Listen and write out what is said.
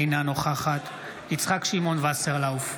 אינה נוכחת יצחק שמעון וסרלאוף,